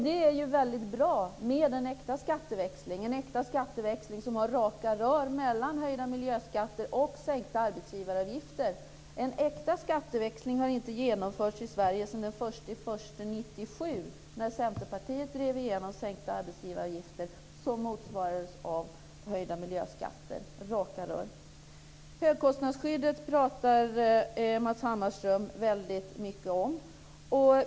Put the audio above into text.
Det är väldigt bra med en äkta skatteväxling - en äkta skatteväxling som har raka rör mellan höjda miljöskatter och sänkta arbetsgivaravgifter. En äkta skatteväxling har inte genomförts i Sverige sedan den 1 januari 1997, när Centerpartiet drev igenom sänkta arbetsgivaravgifter som motsvarades av höjda miljöskatter - raka rör. Högkostnadsskyddet pratar Matz Hammarström väldigt mycket om.